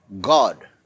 God